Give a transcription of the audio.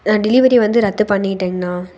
ஆ delivery வந்து ரத்து பண்ணிவிட்டேங்ண்ணா